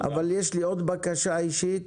אבל יש לי עוד בקשה אישית,